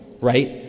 right